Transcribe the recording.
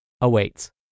awaits